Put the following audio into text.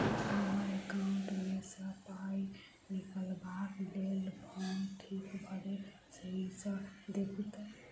हम्मर एकाउंट मे सऽ पाई निकालबाक लेल फार्म ठीक भरल येई सँ देखू तऽ?